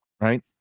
right